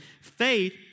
Faith